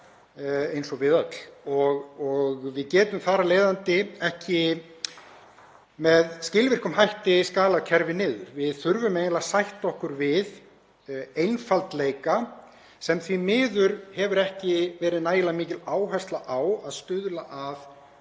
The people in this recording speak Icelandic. eins og við öll. Við getum þar af leiðandi ekki með skilvirkum hætti skalað kerfið niður. Við þurfum eiginlega að sætta okkur við einfaldleika sem því miður hefur ekki verið nægilega mikil áhersla á að stuðla að